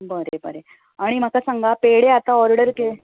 बरें बरें आनी म्हाका सांगा पेडे आता ओडर केलें